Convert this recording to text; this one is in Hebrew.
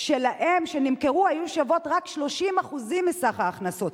שלהם שנמכרו היו שוות רק 30% מסך ההכנסות.